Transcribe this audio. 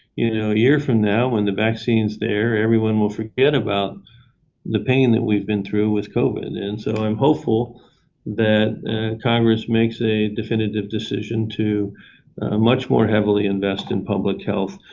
you know, a year from now when the vaccine is there, everyone will forget about the pain that we've been through with covid. and so i'm hopeful that congress makes a definitive decision to much more heavily invest in public health,